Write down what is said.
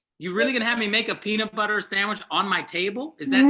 you really gonna have me make a peanut butter sandwich on my table is is